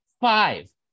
five